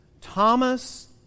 Thomas